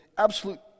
absolute